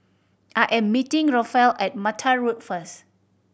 I am meeting Rafael at Mattar Road first